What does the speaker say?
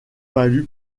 valu